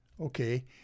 Okay